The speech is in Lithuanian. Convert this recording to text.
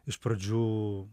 iš pradžių